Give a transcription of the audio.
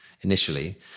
initially